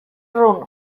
room